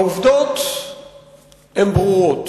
העובדות הן ברורות.